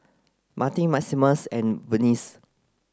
Martin Maximus and Vernie